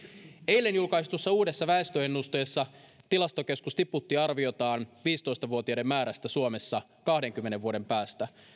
eilen julkaistussa uudessa väestöennusteessa tilastokeskus tiputti arviotaan alle viisitoista vuotiaiden määrästä suomessa kahdenkymmenen vuoden päästä